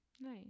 Nice